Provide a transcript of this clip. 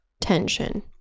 tension